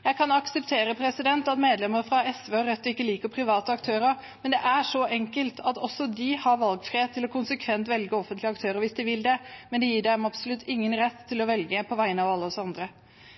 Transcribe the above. Jeg kan akseptere at medlemmer fra SV og Rødt ikke liker private aktører. Det er så enkelt at